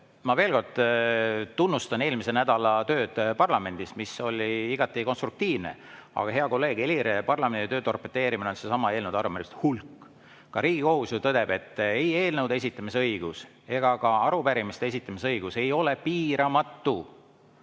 Ma veel kord tunnustan eelmise nädala tööd parlamendis, mis oli igati konstruktiivne. Aga, hea kolleeg Helir, parlamendi töö torpedeerimine on seesama eelnõude, arupärimiste hulk. Ka Riigikohus ju tõdeb, et ei eelnõude esitamise õigus ega ka arupärimiste esitamise õigus ei ole piiramatu.